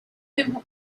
him